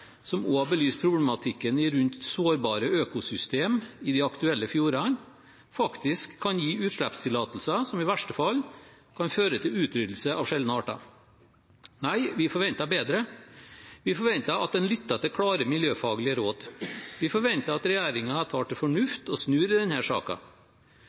som også har belyst problematikken rundt sårbare økosystem i de aktuelle fjordene – faktisk kan gi utslippstillatelser som i verste fall kan føre til utryddelse av sjeldne arter. Nei, vi forventer bedre, vi forventer at en lytter til klare miljøfaglige råd. Vi forventer at regjeringen tar til fornuft og snur i